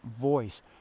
voice